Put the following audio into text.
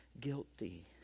guilty